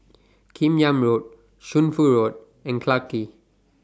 Kim Yam Road Shunfu Road and Clarke Quay